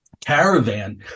caravan